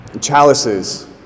chalices